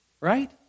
right